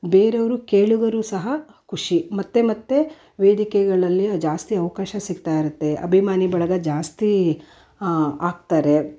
ಬೇರೆಯವರು ಕೇಳುಗರು ಸಹ ಖುಷಿ ಮತ್ತೆ ಮತ್ತೆ ವೇದಿಕೆಗಳಲ್ಲಿ ಜಾಸ್ತಿ ಅವಕಾಶ ಸಿಗ್ತಾ ಇರುತ್ತೆ ಅಭಿಮಾನಿ ಬಳಗ ಜಾಸ್ತಿ ಆಗ್ತಾರೆ